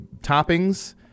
toppings